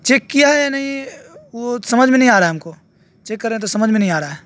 check کیا ہے یا نہیں وہ سمجھ میں نہیں آ رہا ہے ہم کو چیک کر رہے ہیں تو سمجھ میں نہیں آ رہا ہے